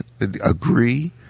Agree